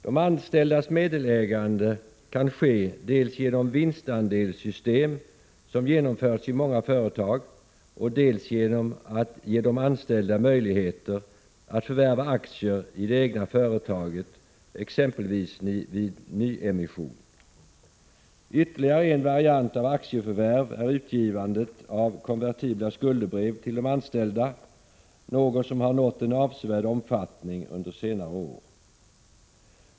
De anställdas meddelägande kan ske dels genom vinstandelssystem, som genomförts i många företag, dels genom att ge de anställda möjligheter att förvärva aktier i det egna företaget exempelvis vid nyemission. Ytterligare en variant av aktieförvärv är utgivande av konvertibla skuldebrev till de anställda, något som har nått en avsevärd omfattning under senare år.